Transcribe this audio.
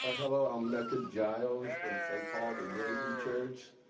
ah um metric giles from st. paul, the unity church.